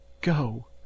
go